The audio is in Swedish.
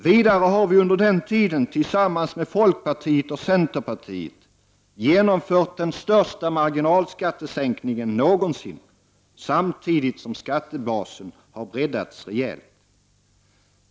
Vidare har vi under den tiden, tillsammans med folkpartiet och centerpartiet, genomfört den största marginalskattesänkningen någonsin, samtidigt som skattebasen har breddats rejält.